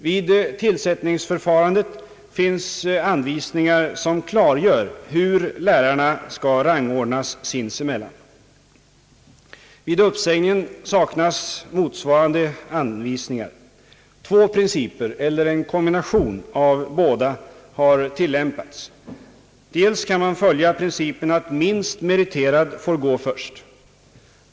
Vid tillsättningsförfarandet finns anvisningar som klargör hur lärarna skall rangordnas sinsemellan. Vid uppsägningen saknas motsvarande anvisningar. Två principer eller en kombination av båda har tillämpats. Dels kan man följa principen att minst meriterad får gå först.